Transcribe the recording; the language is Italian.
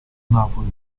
napoli